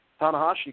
Tanahashi